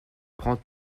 prends